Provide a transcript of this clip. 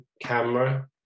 camera